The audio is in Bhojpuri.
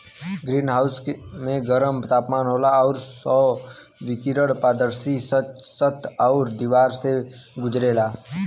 ग्रीन हाउस में गरम तापमान होला आउर सौर विकिरण पारदर्शी छत आउर दिवार से गुजरेला